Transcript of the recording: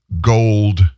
gold